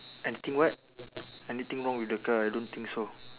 anything what anything wrong with the car I don't think so